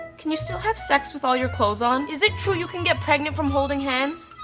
can you still have sex with all your clothes on? is it true you can get pregnant from holding hands?